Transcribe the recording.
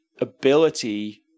ability